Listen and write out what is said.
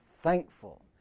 thankful